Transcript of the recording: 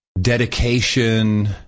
dedication